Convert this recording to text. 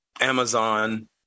Amazon